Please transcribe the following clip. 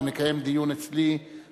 ונקיים דיון אצלי,